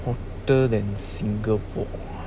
hotter than singapore ah